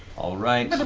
all right.